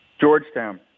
Georgetown